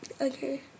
Okay